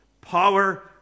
power